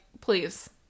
please